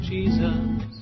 Jesus